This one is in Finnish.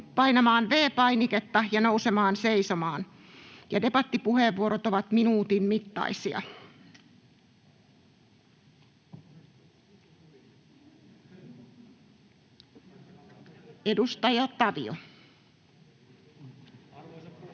painamaan V-painiketta ja nousemaan seisomaan. Ja debattipuheenvuorot ovat minuutin mittaisia. — Edustaja Tavio. Arvoisa puhemies!